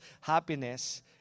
happiness